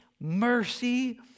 mercy